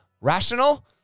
rational